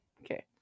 Okay